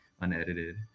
unedited